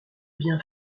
bien